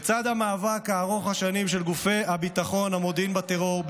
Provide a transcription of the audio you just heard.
לצד המאבק ארוך השנים של גופי הביטחון והמודיעין בטרור,